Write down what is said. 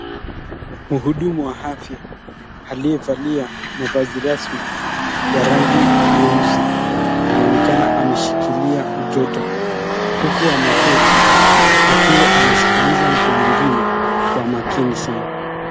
Mhudumu wa afya aliyevalia mavazi rasmi ya rangi nyeusi anaonekana ameshikilia mtoto huku ameketi akiwa anaskiliza huyo mtu mwingine kwa makini sana.